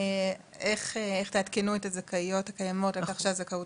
איך תעדכנו את הזכאיות הקיימות על כך שהזכאות